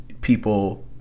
people